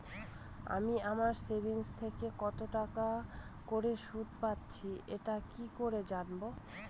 আমি আমার সেভিংস থেকে কতটাকা করে সুদ পাচ্ছি এটা কি করে জানব?